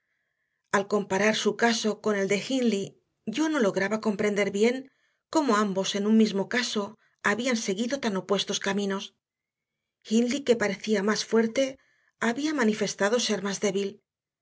al comparar su caso con el de hindley yo no lograba comprender bien cómo ambos en un mismo caso habían seguido tan opuestos caminos hindley que parecía más fuerte había manifestado ser más débil